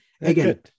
again